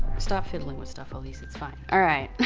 stop fiddling with stuff, hallease. it's fine. alright.